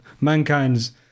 mankind's